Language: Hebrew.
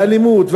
האלימות,